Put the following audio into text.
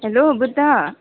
hello Buddha